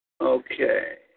Okay